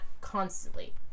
constantly